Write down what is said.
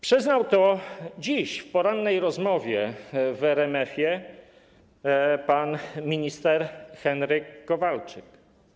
Przyznał to dziś w porannej rozmowie w RMF pan minister Henryk Kowalczyk.